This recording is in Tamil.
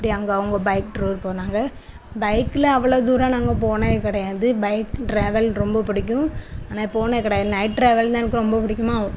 அப்படி அங்கே அவங்க பைக் டூர் போனாங்க பைகில் அவ்வளோ தூரம் நாங்கள் போனது கிடையாது பைக் ட்ராவல் ரொம்ப பிடிக்கும் ஆனால் போனது கிடையாது நைட் ட்ராவல் தான் எனக்கு ரொம்ப பிடிக்குமா